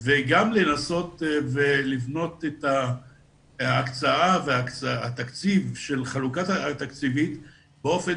וגם לנסות לבנות את ההקצאה והתקציב של החלוקה התקציבית באופן